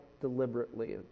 deliberately